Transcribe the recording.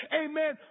amen